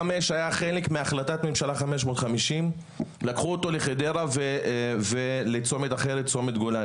כביש 65 היה חלק מהחלטת ממשלה 550. לקחו אותו לחדרה ולצומת גולני.